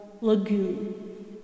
lagoon